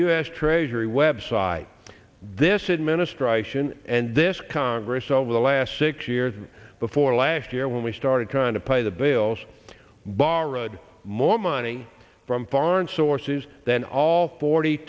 s treasury website this administration and this congress over the last six years before last year when we started trying to pay the bills borrowed more money from foreign sources than all forty